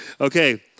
Okay